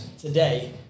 today